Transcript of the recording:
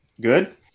Good